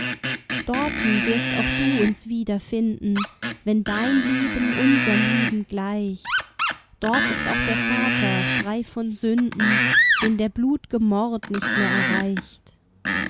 dorten wirst auch du uns wieder finden wenn dein lieben unserm lieben gleicht dort ist auch der vater frei von sünden den der blut'ge mord nicht mehr erreicht